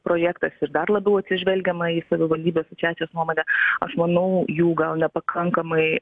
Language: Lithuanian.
projektas ir dar labiau atsižvelgiama į savivaldybių asociacijos nuomonę aš manau jų gal nepakankamai